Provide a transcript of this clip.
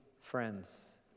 friends